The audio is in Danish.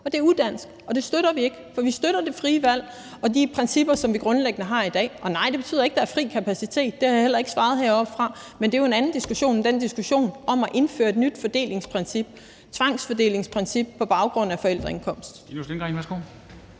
Det er udansk, og det støtter vi ikke. For vi støtter det frie valg og de principper, som vi grundlæggende har i dag; og nej, det betyder ikke, at der er fri kapacitet. Det har jeg heller ikke svaret heroppefra; men det er jo en anden diskussion end den diskussion om at indføre et nyt tvangsfordelingsprincip på baggrund af forældreindkomst.